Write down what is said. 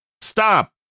Stop